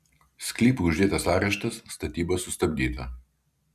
sklypui uždėtas areštas statyba sustabdyta